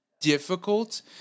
difficult